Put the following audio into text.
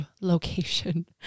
location